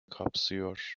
kapsıyor